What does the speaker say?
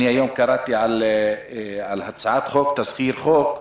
היום קראתי על תזכיר הצעת חוק,